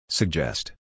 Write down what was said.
Suggest